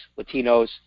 Latinos